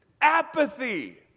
apathy